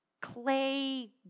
clay